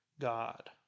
God